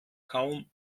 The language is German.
kaum